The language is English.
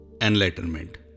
Enlightenment